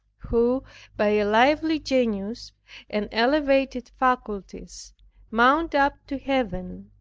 who by a lively genius and elevated faculties mount up to heaven,